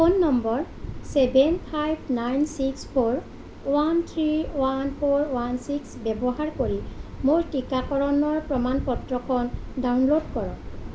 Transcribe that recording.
phone number seven five nine six four one three one four one six ব্যৱহাৰ কৰি মোৰ টীকাকৰণৰ প্ৰমাণ পত্ৰখন ডাউনল'ড কৰক